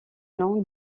nom